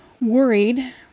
worried